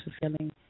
fulfilling